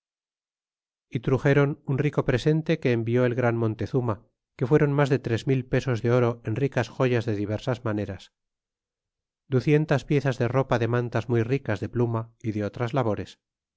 y truxéron un rico presefite que envió el gran montezuma que fueron mas de tres mil pesos de oro en ricas joyas de diversas maneras ducientas piezas de ropa de mantas muy ricas de pluma y de otras labores